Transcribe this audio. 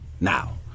now